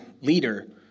leader